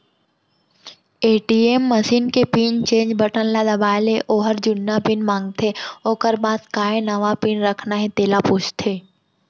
ATM machine के pin change button ल दबाए ले ओहर जुन्ना पिन मांगथे ओकर बाद काय नवा पिन रखना हे तेला पूछथे